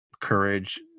courage